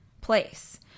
place